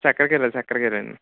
చక్రకేళి చక్రకేళి అండి